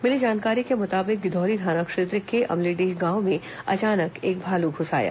मिली जानकारी के मुताबिक गिधौरी थाना क्षेत्र के अमलीडीह गांव में अचानक एक भालू घूस आया